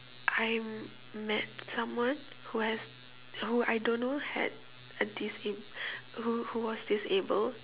I met someone who has who I don't know had a disable who who was disabled